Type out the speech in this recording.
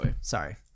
Sorry